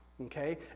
Okay